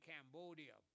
Cambodia